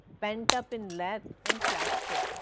pent up in lath and plaster,